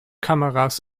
kameras